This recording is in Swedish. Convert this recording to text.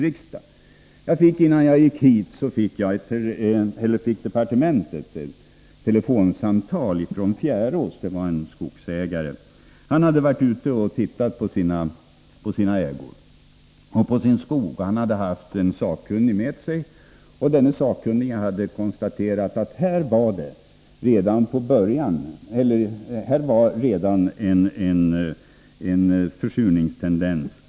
Innan jag gick hit fick departementet ett telefonsamtal från en skogsägare i Fjärås. Han hade varit ute och tittat på sina ägor och sin skog. Han hade haft en sakkunnig med sig, och denne sakkunnige hade konstaterat att det redan fanns en försurningstendens.